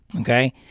okay